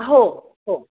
हो हो